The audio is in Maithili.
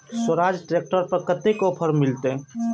स्वराज ट्रैक्टर पर कतेक ऑफर मिलते?